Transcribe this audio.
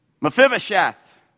Mephibosheth